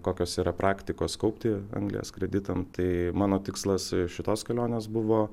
kokios yra praktikos kaupti anglis kreditams tai mano tikslas šitos kelionės buvo